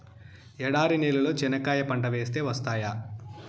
ఎడారి నేలలో చెనక్కాయ పంట వేస్తే వస్తాయా?